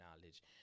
knowledge